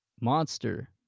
Monster